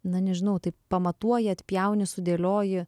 na nežinau tai pamatuoji atpjauni sudėlioji